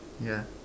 yeah